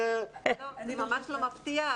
זה ממש לא מפתיע,